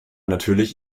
natürlich